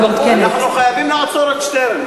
אנחנו חייבים לעצור את שטרן.